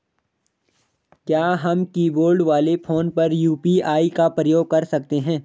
क्या हम कीबोर्ड वाले फोन पर यु.पी.आई का प्रयोग कर सकते हैं?